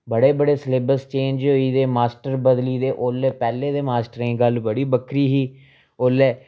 बड़े बड़े syllabus change होई गेदे मास्टर बदली गेदे ओल्लै पैह्ले दे मास्टरें गी गल्ल बड़ी बक्खरी ही ओल्लै